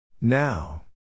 Now